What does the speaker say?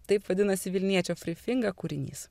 taip vadinasi vilniečio fri finga kūrinys